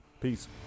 Peace